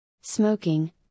smoking